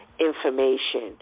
information